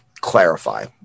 clarify